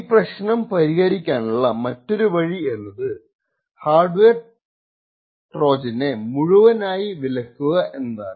ഈ പ്രശ്നം പരിഹഹരിക്കാനുള്ള മറ്റൊരു വഴി എന്നത്ഹാർഡ്വെയർ ട്രോജനെ മുഴുവനായി വിലക്കുക എന്നതാണ്